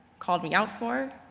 called me out for,